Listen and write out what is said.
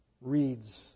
reads